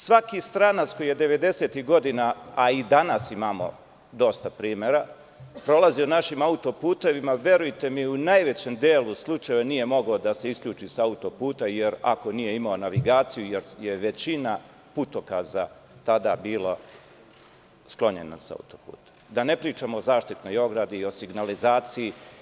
Svaki stranac koji je 90-ih godina, a i danas imamo dosta primera, prolazio našim autoputevima, verujte mi u najvećem delu slučajeva nije mogao da se isključi sa autoputa ako nije imao navigaciju, jer je većina putokaza tada bila sklonjena sa autoputa, da ne pričam o zaštitnoj ogradi, signalizaciji.